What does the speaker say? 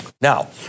Now